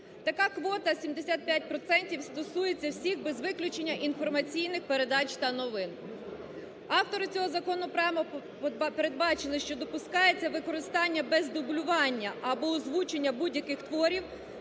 Така квота 75 процентів стосується всіх, без виключення, інформаційних передач та новин. Автори цього закону прямо передбачили, що допускається використання без дублювання або озвучення будь-яких творів,